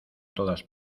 todas